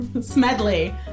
smedley